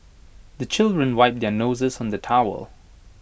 the children wipe their noses on the towel